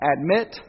Admit